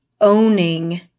owning